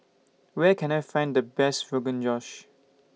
Where Can I Find The Best Rogan Josh